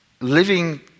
living